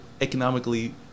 economically